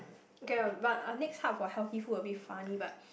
K ah but our next hub for healthy food a bit funny but